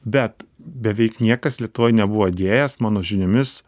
bet beveik niekas lietuvoj nebuvo įdėjęs mano žiniomis